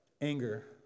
anger